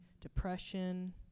depression